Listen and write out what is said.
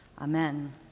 Amen